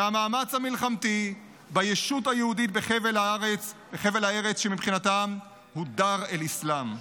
מהמאמץ המלחמתי ביישות היהודית בחבל הארץ שמבחינתם הוא דאר אל-אסלאם.